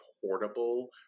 portable